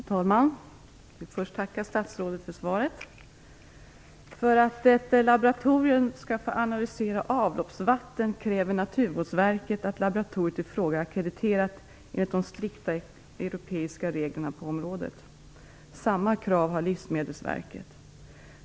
Fru talman! Jag vill först tacka statsrådet för svaret. För att ett laboratorium skall få analysera avloppsvatten kräver Naturvårdsverket att laboratoriet i fråga är ackrediterat enligt de strikta europeiska reglerna på området. Samma krav har Livsmedelsverket.